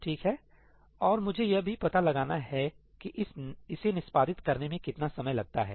ठीक है और मुझे यह भी पता लगाना है कि इसे निष्पादित करने में कितना समय लगता है